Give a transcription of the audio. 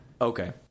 Okay